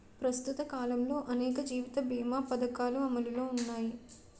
ప్రస్తుత కాలంలో అనేక జీవిత బీమా పధకాలు అమలులో ఉన్నాయి